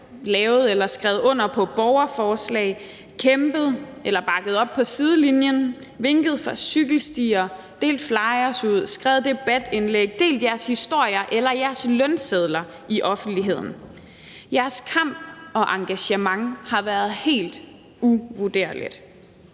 lavet eller skrevet under på borgerforslag, kæmpet eller bakket op på sidelinjen, vinket fra cykelstier, delt flyers ud, skrevet debatindlæg, delt jeres historier eller jeres lønsedler i offentligheden: Jeres kamp og engagement har været helt uvurderligt.